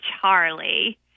Charlie